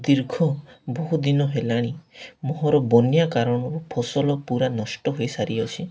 ଦୀର୍ଘ ବହୁ ଦିନ ହେଲାଣି ମୋହର ବନ୍ୟା କାରଣରୁ ଫସଲ ପୁରା ନଷ୍ଟ ହୋଇସାରିଅଛି